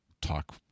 talk